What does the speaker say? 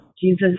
Jesus